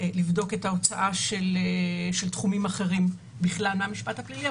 את ההוצאה של תחומים אחרים בכלל מהמשפט הפלילי.